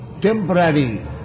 temporary